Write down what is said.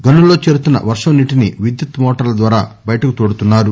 గనుల్లో చేరుతున్న వర్షం నీటిని విద్యుత్ మోటార్ల ద్వారా బయటకు తోడుతున్నారు